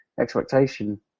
expectation